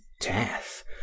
death